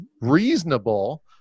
reasonable